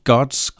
Gods